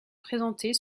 présenter